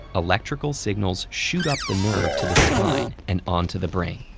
electrical signals shoot up the nerve to the spine and on to the brain.